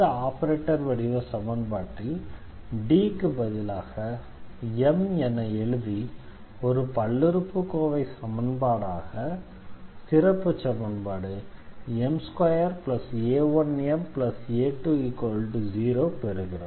இந்த ஆபரேட்டர் வடிவ சமன்பாட்டில் D க்கு பதிலாக m என எழுதி ஒரு பல்லுறுப்புக்கோவை சமன்பாடாக சிறப்புச் சமன்பாடு m2a1ma20 ஐ பெறுகிறோம்